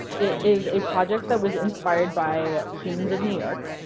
it is a project that was inspired by humans of new york.